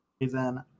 reason